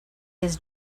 his